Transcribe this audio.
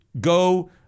go